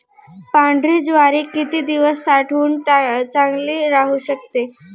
पांढरी ज्वारी किती दिवस साठवून चांगली राहू शकते?